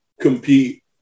compete